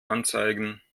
anzeigen